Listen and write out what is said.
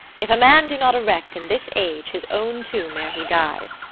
if a man do not erect in this age his own tomb ere he dies,